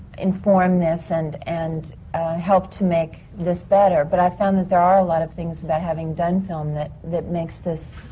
inform this and. and help to make this better. but i found that there are a lot of things about having done film that. that makes this.